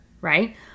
right